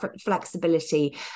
flexibility